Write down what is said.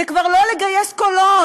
זה כבר לא לגייס קולות,